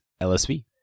lsv